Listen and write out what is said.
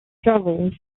struggles